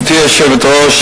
גברתי היושבת-ראש,